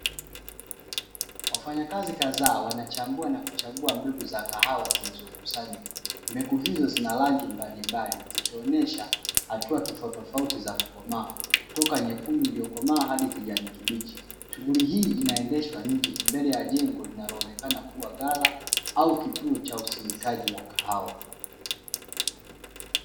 Wafanyakazi kadhaa wanachambua na kuchagua mbegu za kahawa zilizokusanywa. Mbegu hizo zina rangi mbalimbali zikionyesha hatua tofautitofauti za kukomaa kutoka nyekundu iliyokomaa hadi kijani kibichi. Shughuli hii inaendeshwa nje mbele ya jengo linaloonekana kuwa ghala au kituo cha usindikaji wa kahawa.